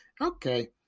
Okay